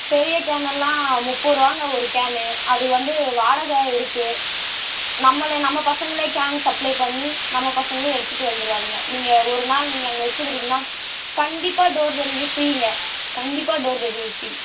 பெரிய கேன்னெல்லாம் முப்பது ரூவாங்க ஒரு கேன்னு அது வந்து வாடகை இருக்குது நம்மளே நம்ம பசங்களே கேன் சப்ளை பண்ணி நம்ம பசங்களே எடுத்துகிட்டு வந்துருவானுங்க நீங்கள் ஒரு நாள் நீங்கள் அங்கே வச்சுக்கிறீங்கன்னா கண்டிப்பாக டோர் டெலிவரி ஃப்ரீங்க கண்டிப்பாக டோர் டெலிவரி ஃப்ரீ